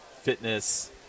fitness